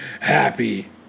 happy